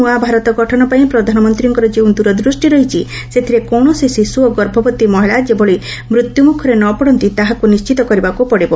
ନୂଆ ଭାରତ ଗଠନ ପାଇଁ ପ୍ରଧାନମନ୍ତ୍ରୀଙ୍କର ଯେଉଁ ଦୂରଦୁଷ୍ଟି ରହିଛି ସେଥିରେ କୌଣସି ଶିଶୁ ଓ ଗର୍ଭବତୀ ମହିଳା ଯେଭଳି ମୃତ୍ୟୁ ମୁଖରେ ନ ପଡ଼ନ୍ତି ତାହାକୁ ନିର୍ଣ୍ଣିତ କରିବାକୁ ପଡ଼ିବ